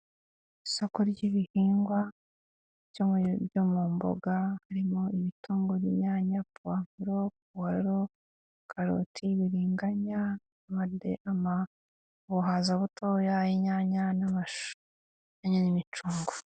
Isoko ry'ibihingwa ryo mu mbuga, harimo ibitunguru, iyanya, povuro, karoti, ibiringanya manderine, ubuhaza butoya, inyanya n'amashu hamwe n'icunga.